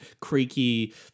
creaky